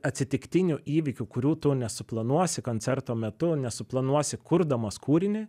atsitiktinių įvykių kurių tu nesuplanuosi koncerto metu nesuplanuosi kurdamas kūrinį